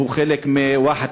הוא חלק מוואחת